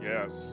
Yes